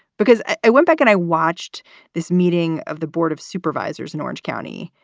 because i went back and i watched this meeting of the board of supervisors in orange county.